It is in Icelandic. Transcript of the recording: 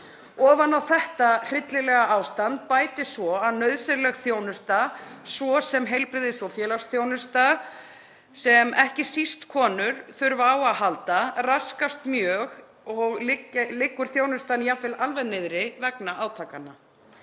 Ofan á þetta hryllilega ástand bætist svo að nauðsynleg þjónusta, svo sem heilbrigðis- og félagsþjónusta sem ekki síst konur þurfa á að halda, raskast mjög og liggur þjónustan jafnvel alveg niðri vegna átakanna.